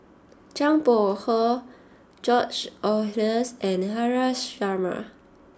Zhang Bohe George Oehlers and Haresh Sharma